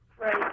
Right